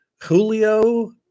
Julio